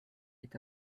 est